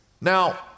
Now